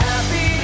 Happy